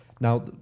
now